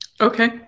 Okay